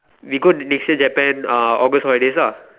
we go next year Japan uh August holidays ah